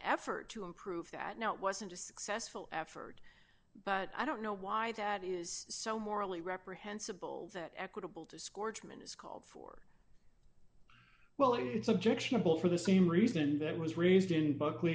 effort to improve that no it wasn't a successful effort but i don't know why that is so morally reprehensible that equitable to scorch men is called for well it's objectionable for the same reason that was raised in buck